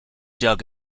dug